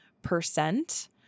percent